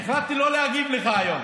אני החלטתי לא להגיב לך היום.